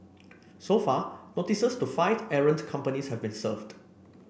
so far notices to five errant companies have been served